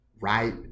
right